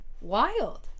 wild